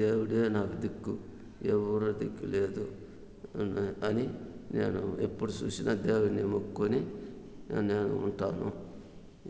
దేవుడే నాకు దిక్కు ఎవ్వరు దిక్కు లేదు అని నేను ఎప్పుడు చూసిన దేవుడున్నే మొక్కుకొని నేను ఉంటాను